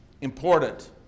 important